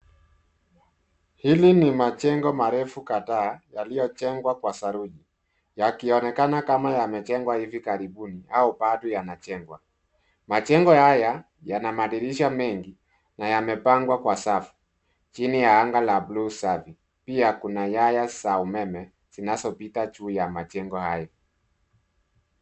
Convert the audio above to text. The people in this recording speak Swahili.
Hili ni majengo marefu kadhaa yaliyojengwa kwa saruji yakionekana kama yamejengwa hivi karibuni au bado yanajengwa. Majengo haya yana madirisha mengi na yamepangwa kwa safu chini ya anga la buluu safi, pia kuna nyaya za umeme zinazopita juu ya majengo hayo.